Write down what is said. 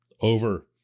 over